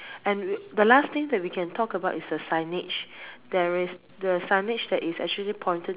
and we the last thing that we can talk about is the signage there is the signage that is actually pointed